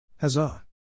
Huzzah